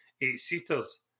eight-seaters